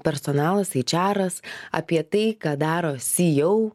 personalas aičeras apie tai ką daro syjau